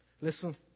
Listen